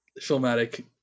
filmatic